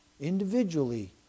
Individually